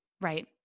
Right